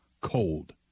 cold